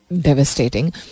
Devastating